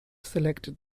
selected